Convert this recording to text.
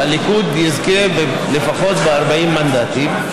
הליכוד יזכה ב-40 מנדטים לפחות.